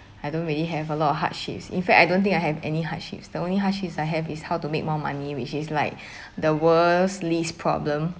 I don't really have a lot of hardships in fact I don't think I have any hardships the only hardships I have is how to make more money which is like the worse least problem